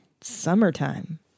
summertime